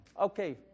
Okay